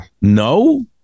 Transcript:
no